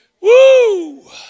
Woo